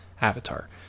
Avatar